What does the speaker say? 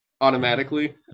automatically